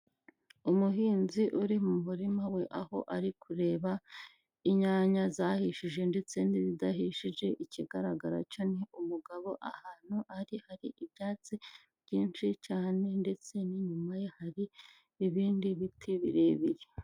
Umuhinzi uri mu murima we, aho ari kureba inyanya zahishije ndetse n'izidahishije, ikigaragara cyo ni umugabo, ahantu ari hari ibyatsi byinshi cyane ndetse n'inyuma ye hari ibindi biti birebire.